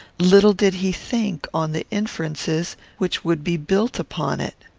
little did he think on the inferences which would be built upon it.